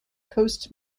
coast